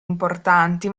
importanti